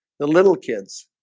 the little kids